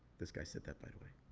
this guy said that, by the way.